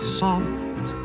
soft